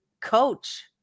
coach